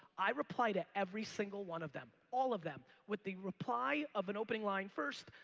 i reply to every single one of them. all of them with the reply of an opening line first,